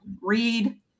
read